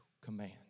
command